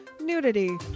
nudity